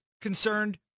concerned